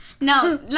No